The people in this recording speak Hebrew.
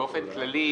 באופן כללי,